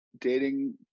Dating